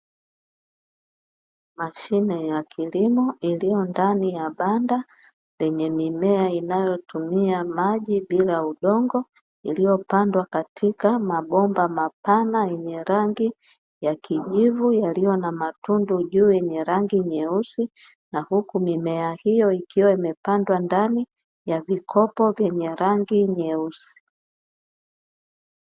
Mashine ya kilimo iliyo ndani ya banda lenye mimea inayotumia maji bila udongo, iliyopandwa katika mabomba mapana yenye rangi ya kijivu yaliyo na matunda juu yenye rangi nyeusi. Na huku mimea hiyo ikiwa imepandwa ndani, ya vikopo vyenye rangi nyeusi.